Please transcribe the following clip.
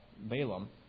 Balaam